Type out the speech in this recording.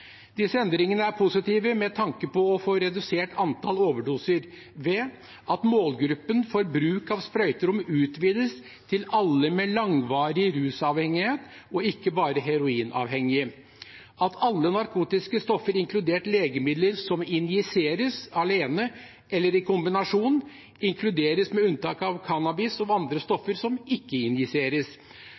Disse endringene er positive med tanke på å få redusert antallet overdoser ved at målgruppen for bruk av sprøyterom utvides til alle med langvarig rusavhengighet og ikke bare heroinavhengige at alle narkotiske stoffer – inkludert legemidler som injiseres alene eller i kombinasjon – inkluderes, med unntak av cannabis, som andre stoffer som ikke